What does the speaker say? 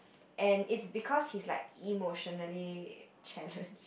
and is because he's like emotionally challenged